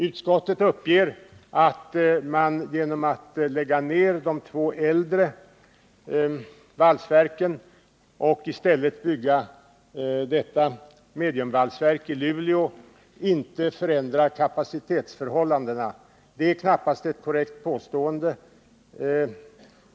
Utskottet uppger att man genom att lägga ned två äldre valsverk och i stället bygga detta mediumvalsverk i Luleå inte förändrar kapacitetsförhållandena. Det är knappast ett korrekt påstående.